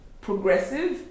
progressive